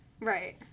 right